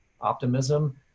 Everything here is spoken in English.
optimism